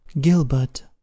GILBERT